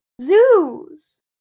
zoos